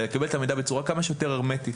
אלא לקבל את המידע בצורה כמה שיותר הרמטית.